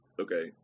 okay